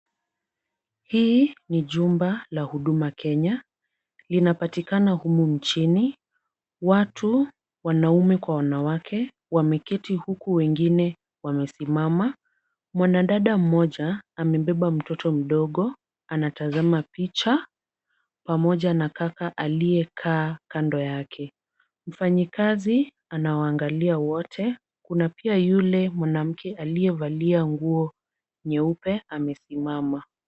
Hii ni jumba la Huduma Kenya. Linapatikana humu nchini. Watu, wanaume kwa wanawake wameketi huku wengine wamesimama. Mwanadada mmoja amebeba mtoto mdogo. Anatazama picha pamoja na kaka aliyekaa kando yake. Mfanyikazi anawaangalia wote. Kuna pia yule mwanamke aliyevalia nguo nyeupe amesimama.